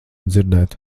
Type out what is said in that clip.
dzirdēt